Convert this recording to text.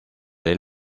del